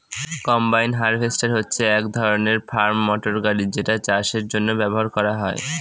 combine harvester হচ্ছে এক ধরনের ফার্ম মটর গাড়ি যেটা চাষের জন্য ব্যবহার করা হয়